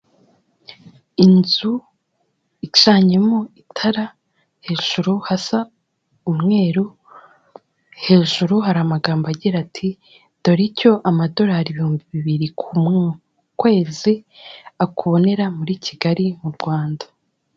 Inzu icanyemo itara, hejuru hasa umweru, hejuru hari amagambo agira ati: "Dore icyo amadorari ibihumbi bibiri ku kwezi akubonera muri Kigali mu Rwanda."